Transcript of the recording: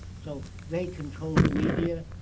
so they control the media,